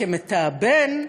כמתאבן,